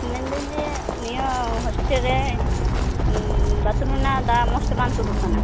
ᱢᱮᱱᱫᱟᱹᱧ ᱡᱮ ᱱᱤᱭᱟᱹ ᱦᱳᱥᱴᱮᱞ ᱨᱮ ᱵᱟᱛᱷᱨᱩᱢ ᱨᱮᱱᱟᱜ ᱫᱟᱜ ᱢᱚᱡᱽᱛᱮ ᱵᱟᱝ ᱛᱳᱫᱚᱜ ᱠᱟᱱᱟ